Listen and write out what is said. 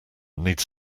needs